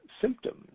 symptoms